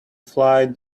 fly